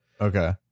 okay